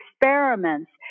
experiments